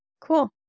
cool